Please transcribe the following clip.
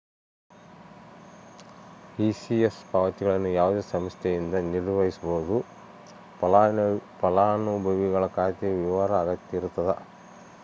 ECS ಪಾವತಿಗಳನ್ನು ಯಾವುದೇ ಸಂಸ್ಥೆಯಿಂದ ನಿರ್ವಹಿಸ್ಬೋದು ಫಲಾನುಭವಿಗಳ ಖಾತೆಯ ವಿವರ ಅಗತ್ಯ ಇರತದ